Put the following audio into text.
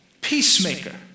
peacemaker